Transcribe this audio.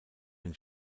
ein